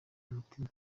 umutima